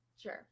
Sure